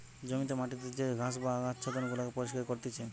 জমিতে মাটিতে যে ঘাস বা আচ্ছাদন গুলাকে পরিষ্কার করতিছে